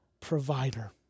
provider